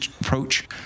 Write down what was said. approach